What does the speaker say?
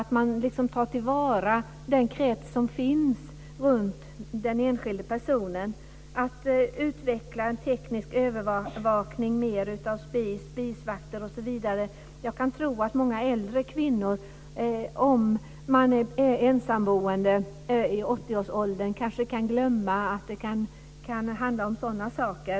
Det gäller att ta till vara den krets som finns runt den enskilde personen. Det handlar mer om att utveckla en teknisk övervakning av spis med spisvakter osv. Jag kan tro att många äldre kvinnor om de är ensamboende i åttioårsåldern kanske kan glömma. Det kan handla om sådana saker.